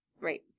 right